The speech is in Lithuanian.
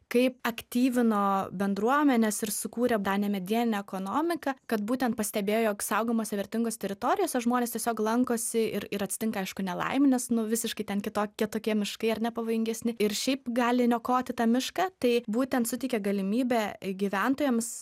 kaip aktyvino bendruomenes ir sukūrė tą nemedieninę ekonomiką kad būtent pastebėjo jog saugomose vertingose teritorijose žmonės tiesiog lankosi ir ir atsitinka aišku nelaimių nes nu visiškai ten kitokie tokie miškai ar ne pavojingesni ir šiaip gali niokoti tą mišką tai būtent suteikė galimybę gyventojams